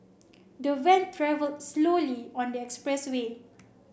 the van travelled slowly on the expressway